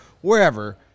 wherever